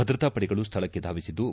ಭದ್ರತಾ ಪಡೆಗಳು ಸ್ಥಳಕ್ಕೆ ಧಾವಿಸಿದ್ದು